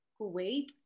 Kuwait